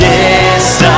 Yes